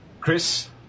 Chris